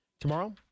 Tomorrow